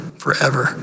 forever